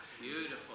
Beautiful